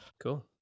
cool